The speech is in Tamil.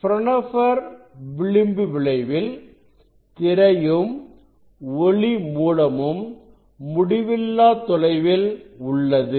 பிரான்ஹோபெர் விளிம்பு விளைவில் திரையும் ஒளி மூலமும் முடிவில்லா தொலைவில் உள்ளது